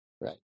Right